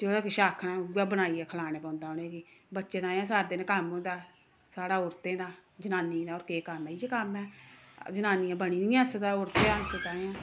जेह्ड़ा किश आखन उ'ऐ बनाइये खलाना पौंदा उ'नें गी बच्चें ताहीं सारा दिन कम्म होंदा साढ़ा औरतें दा जनानियें दा होर केह् कम्म ऐ इ'यै कम्म ऐ जनानियां बनी दियां इस ताहीं इस ताहीं ऐ